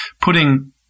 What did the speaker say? putting –